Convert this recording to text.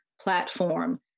platform